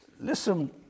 Listen